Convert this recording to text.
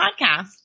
Podcast